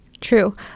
True